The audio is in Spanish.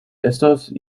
estos